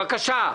בבקשה.